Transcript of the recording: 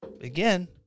again